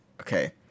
okay